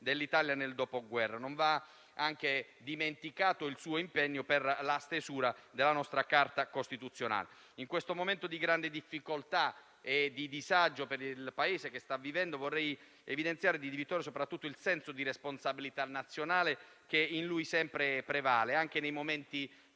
dell'Italia nel dopoguerra. Non va dimenticato anche il suo impegno per la stesura della nostra Carta costituzionale. In questo momento di grande difficoltà e di disagio che il Paese sta vivendo, vorrei evidenziare di Di Vittorio soprattutto il senso di responsabilità nazionale, che in lui sempre è prevalso, anche nei momenti